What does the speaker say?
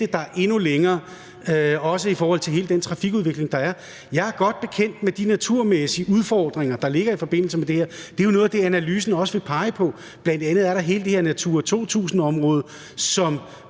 der er endnu længere, også i forhold til hele den trafikudvikling, der er. Jeg er godt bekendt med de naturmæssige udfordringer, der ligger i forbindelse med det her. Det er jo noget af det, som analysen også vil pege på. Der er bl.a. hele det her Natura 2000-område,